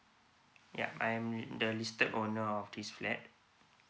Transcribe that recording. yeah I'm the listed owner of this flat